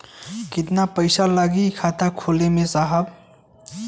कितना पइसा लागि खाता खोले में साहब?